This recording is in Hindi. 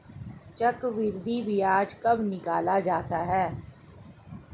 चक्रवर्धी ब्याज कब निकाला जाता है?